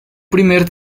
primer